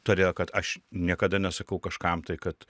todėl kad aš niekada nesakau kažkam tai kad